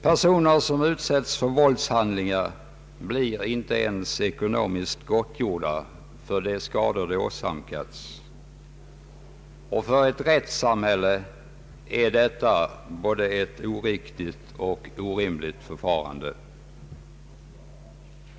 Personer som utsätts för våldshandlingar blir inte ens ekonomiskt gottgjorda för de skador de åsamkas. För ett rättssamhälle är detta ett både oriktigt och orimligt förhållande.